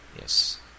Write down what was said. Yes